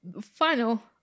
final